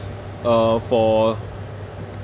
uh for